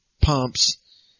pumps